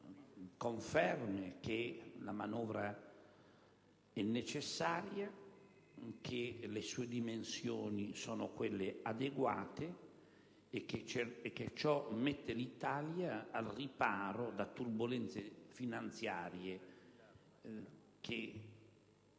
il fatto che la manovra è necessaria, che le sue dimensioni sono adeguate e che ciò mette l'Italia al riparo da turbolenze finanziarie che